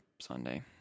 Sunday